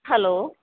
hello